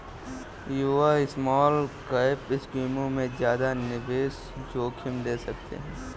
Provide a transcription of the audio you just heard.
युवा स्मॉलकैप स्कीमों में ज्यादा निवेश जोखिम ले सकते हैं